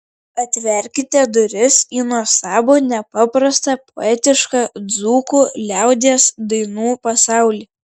atverkite duris į nuostabų nepaprastai poetišką dzūkų liaudies dainų pasaulį